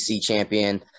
champion